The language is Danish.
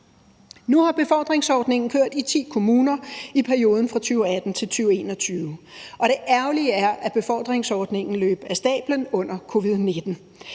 Nu har befordringsordningen kørt i ti kommuner i perioden 2018-2021, og det ærgerlige er, at befordringsordningen løb af stablen under covid-19.